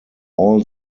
all